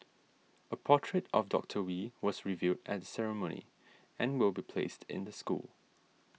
a portrait of Doctor Wee was revealed at the ceremony and will be placed in the school